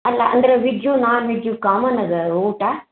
ಅಲ್ಲ ಅಂದರೆ veg non veg common ಅದ ಊಟ